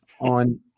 on